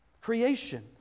Creation